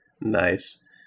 Nice